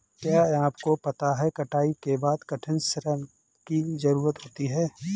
क्या आपको पता है कटाई के बाद कठिन श्रम की ज़रूरत होती है?